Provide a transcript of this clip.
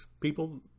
People